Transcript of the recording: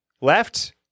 Left